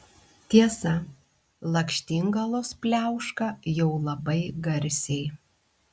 tiesa lakštingalos pliauška jau labai garsiai